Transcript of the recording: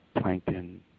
plankton